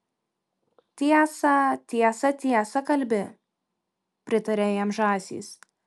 tiesą tiesą tiesą kalbi pritarė jam žąsys